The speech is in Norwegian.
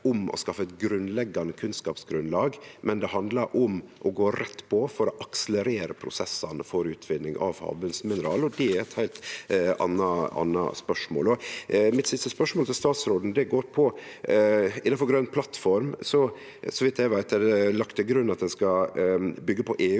om å skaffe eit grunnleggjande kunnskapsgrunnlag, men det handlar om å gå rett på for å akselerere prosessane for utvinning av havbotnmineral. Det er eit heilt anna spørsmål. Mitt siste spørsmål til statsråden går på om det innanfor Grøn plattform er lagt til grunn at ein skal byggje på EUs